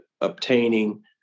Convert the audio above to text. obtaining